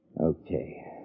Okay